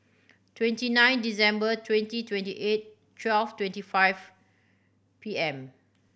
twenty nine December twenty twenty eight twelve twenty five P M